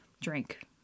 drink